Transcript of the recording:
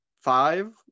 five